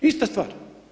Ista stvar.